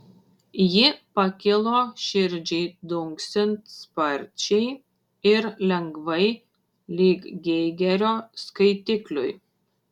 ji pakilo širdžiai dunksint sparčiai ir lengvai lyg geigerio skaitikliui